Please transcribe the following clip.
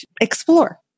explore